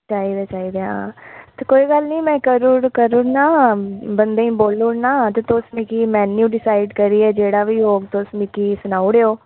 चाहिदा चाहिदा ते कोई गल्ल निं में करी ओड़ना ते बंदें गी आक्खी ओड़ना की तुस मिगी मेन्यू डिसाईड करी देई ओड़ेओ जेह्ड़ा बी होग ते सनाई ओड़ेओ